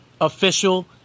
official